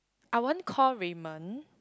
I won't call Raymond